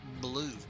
blue